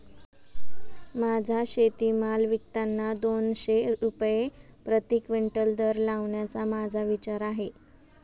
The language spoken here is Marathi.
माझा शेतीमाल विकताना दोनशे रुपये प्रति क्विंटल दर लावण्याचा माझा विचार आहे